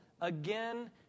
again